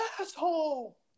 asshole